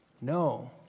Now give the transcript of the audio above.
No